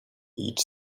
each